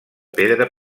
pedra